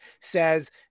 says